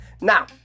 Now